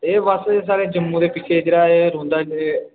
एह् बस एह् साढ़े जम्मू दे पिच्छे इद्धरा एह् रौंह्दा ऐ